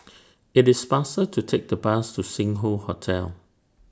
IT IS faster to Take The Bus to Sing Hoe Hotel